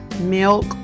milk